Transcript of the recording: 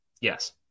Yes